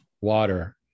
water